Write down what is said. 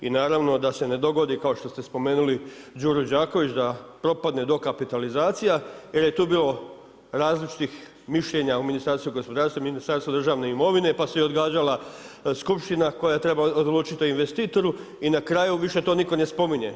I naravno da se ne dogodi kao što ste spomenuli Đuru Đaković da propadne dokapitalizacija jer je tu bilo različitih mišljenja u Ministarstvu gospodarstva i Ministarstvu državne imovine pa se odgađala i skupština koja treba odlučiti o investitoru i na kraju to više niko ne spominje.